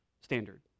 standard